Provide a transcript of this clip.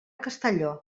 castelló